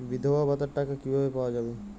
বিধবা ভাতার টাকা কিভাবে পাওয়া যাবে?